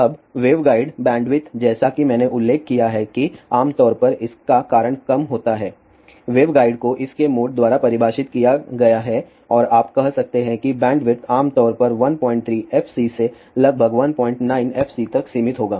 अब waveguide bandwidth जैसा कि मैंने उल्लेख किया है कि आम तौर पर इसका कारण कम होता है वेवगाइड को इसके मोड द्वारा परिभाषित किया गया है और आप कह सकते हैं कि बैंडविड्थ आमतौर पर 13 fc से लगभग 19 fc तक सीमित होगा